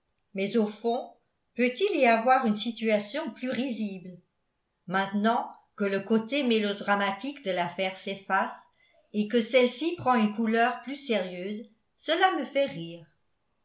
mais au fond peut-il y avoir une situation plus risible maintenant que le côté mélodramatique de l'affaire s'efface et que celle-ci prend une couleur plus sérieuse cela me fait rire